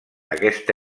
aquesta